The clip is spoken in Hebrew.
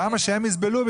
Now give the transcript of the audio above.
למה שהם יסבלו?